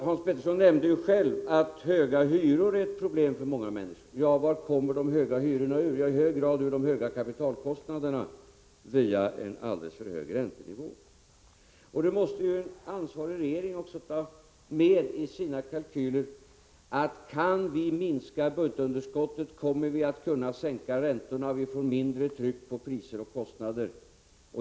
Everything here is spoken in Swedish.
Hans Petersson nämnde själv att höga hyror är ett problem för många människor. Vad kommer de höga hyrorna ur? Jo, i hög grad ur de höga kapitalkostnaderna, via en alldeles för hög räntenivå. En ansvarig regering måste ta med i sina kalkyler att kan vi minska budgetunderskottet, kommer vi att kunna sänka räntorna och få mindre tryck på priser och kostnader.